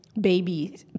baby